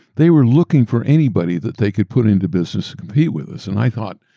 they were looking for anybody that they could put into business to compete with us, and i thought,